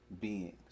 beings